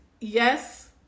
yes